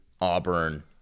Auburn